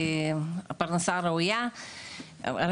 כמה הלכו לחפש פרנסה ראויה,